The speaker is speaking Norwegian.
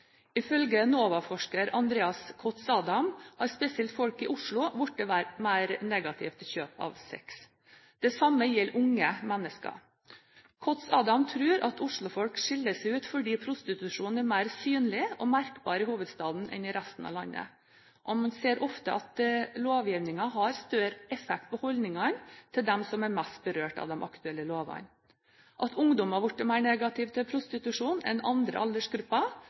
Ifølge NOVA-forsker Andreas Kotsadam har spesielt folk i Oslo blitt mer negative til kjøp av sex. Det samme gjelder unge mennesker. Kotsadam tror at Oslo-folk skiller seg ut fordi prostitusjonen er mer synlig og merkbar i hovedstaden enn i resten av landet, og man ser ofte at lovgivningen har større effekt på holdningene til dem som er mest berørt av de aktuelle lovene. At ungdom har blitt mer negative til prostitusjon enn andre aldersgrupper,